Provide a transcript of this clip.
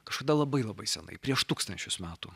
kažkada labai labai senai prieš tūkstančius metų